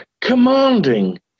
commanding